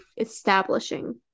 establishing